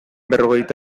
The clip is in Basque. berrogeita